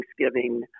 Thanksgiving